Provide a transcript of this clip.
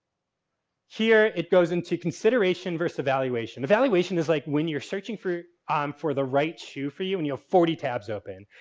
here it goes into consideration versus evaluation. evaluation is like when you're searching for um for the right shoe for you and you have forty tabs open.